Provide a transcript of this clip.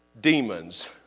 demons